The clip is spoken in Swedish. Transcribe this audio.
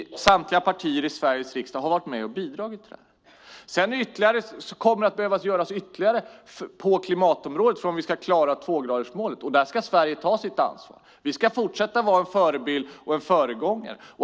Samtliga partier i Sveriges riksdag har bidragit till det. Det kommer att behöva göras ytterligare på klimatområdet om vi ska klara tvågradersmålet. Sverige ska ta sitt ansvar och fortsätta att vara en förebild och föregångare.